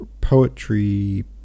Poetry